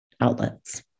outlets